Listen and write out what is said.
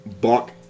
Buck